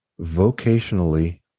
vocationally